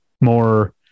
more